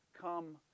come